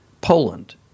Poland